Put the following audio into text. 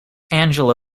angela